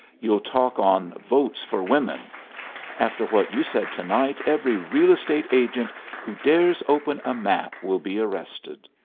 you'll talk on votes for women after what you said to-night every real-estate agent who dares open a map will be arrested.